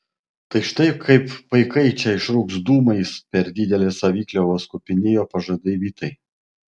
tad štai kaip paikai čia išrūks dūmais per didelės savikliovos kupini jo pažadai vitai